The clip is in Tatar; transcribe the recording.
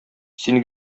син